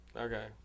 Okay